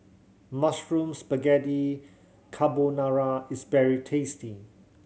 Mushroom Spaghetti Carbonara is very tasty